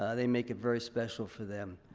they make it very special for them.